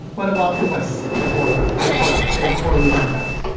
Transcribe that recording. what about the west? they're horrible. they're corrupt. they're morally bankrupt.